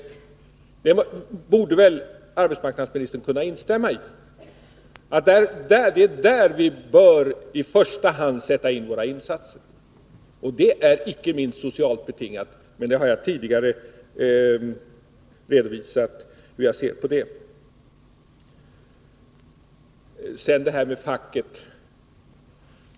Det borde arbetsmarknadsministern kunna instämma i. Det äridet avseendet som vii första hand bör göra våra insatser. Det är icke minst socialt betingat. Men jag har ju tidigare redovisat hur jag ser på den saken. Sedan till det här med facket.